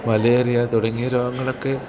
malaria തുടങ്ങിയ രോഗങ്ങളൊക്കെ